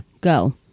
Go